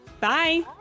Bye